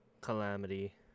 Calamity